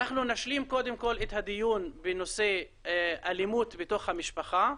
אנחנו נשלים קודם כל את הדיון בנושא אלימות בתוך המשפחה.